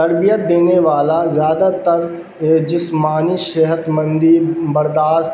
تربیت دینے والا زیادہ تر جسمانی صحت مندی برداشت